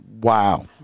Wow